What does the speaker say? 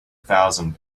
thousand